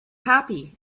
happy